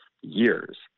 years